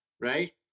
right